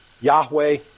Yahweh